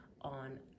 on